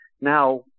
now